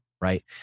right